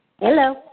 Hello